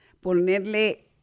ponerle